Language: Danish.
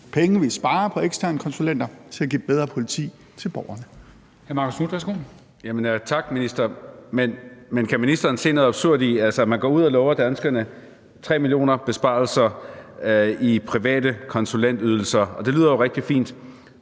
penge, som vi sparer på eksterne konsulenter, til at give et bedre politi til borgerne.